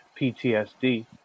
PTSD